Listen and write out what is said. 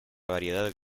variedad